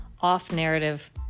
off-narrative